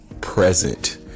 present